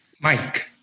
Mike